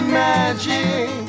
magic